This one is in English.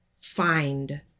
find